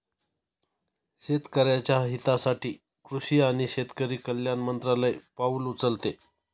शेतकऱ्याच्या हितासाठी कृषी आणि शेतकरी कल्याण मंत्रालय पाउल उचलते